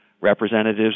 representatives